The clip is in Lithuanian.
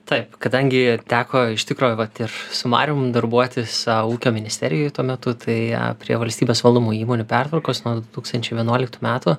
taip kadangi teko iš tikro vat ir su marium darbuotis ūkio ministerijoj tuo metu tai prie valstybės valdomų įmonių pertvarkos nuo du tūkstančiai vienuoliktų metų